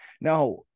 Now